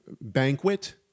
banquet